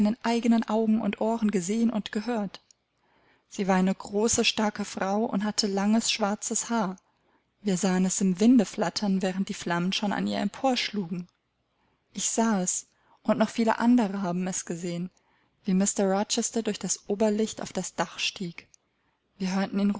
eigenen augen und ohren gesehen und gehört sie war eine große starke frau und hatte langes schwarzes haar wir sahen es im winde flattern während die flammen schon an ihr empor schlugen ich sah es und noch viele andere haben es gesehen wie mr rochester durch das oberlicht auf das dach stieg wir hörten